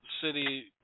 City